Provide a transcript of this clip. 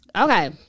Okay